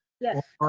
yes.